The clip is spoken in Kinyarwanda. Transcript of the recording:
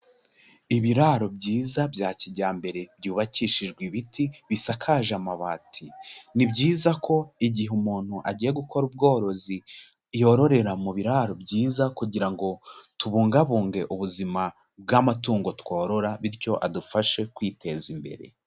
Ibiraro byiza bya kijyambere byubakishijwe ibiti bisakaje amabati, ni byiza ko igihe umuntu agiye gukora ubworozi yororera mu biraro byiza kugira ngo tubungabunge ubuzima bw'amatungo tworora bityo adufashe kwiteza imbere.